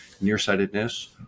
nearsightedness